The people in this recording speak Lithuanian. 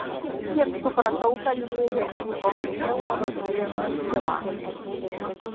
kiek supratau kalbėjo apie omnitel vadovybės keitimą